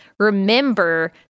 remember